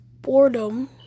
boredom